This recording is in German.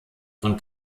von